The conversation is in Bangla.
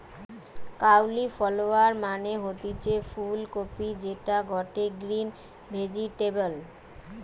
কাউলিফলোয়ার মানে হতিছে ফুল কপি যেটা গটে গ্রিন ভেজিটেবল